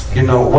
you know, one